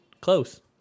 Close